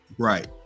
Right